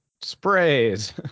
Sprays